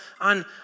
on